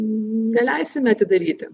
neleisime atidaryti